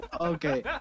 okay